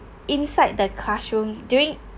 inside the classroom during